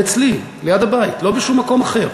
אצלי, ליד הבית, לא בשום מקום אחר.